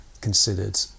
considered